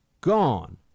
gone